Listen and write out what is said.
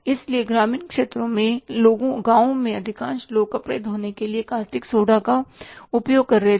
इसलिए ग्रामीण क्षेत्रों में गाँवों में अधिकांश लोग कपड़े धोने के लिए कास्टिक सोडा का उपयोग कर रहे थे